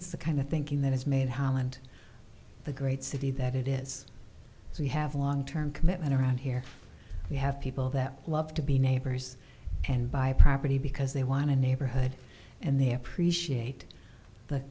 it's the kind of thinking that has made holland the great city that it is so we have a long term commitment around here we have people that love to be neighbors and buy property because they want a neighborhood and they appreciate the